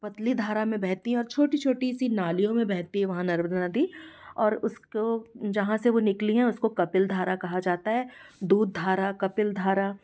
पतली धारा में बहती है और छोटी छोटी सी नालियों में बहती वहाँ नर्मदा नदी और उसको जहाँ से वो निकली हैं उसको कपिलधारा कहा जाता है दूध धारा कपिल धारा